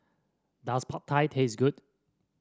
does Pad Thai taste good